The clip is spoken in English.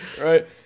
right